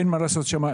אין מה לעשות שם.